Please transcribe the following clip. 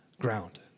ground